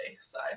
side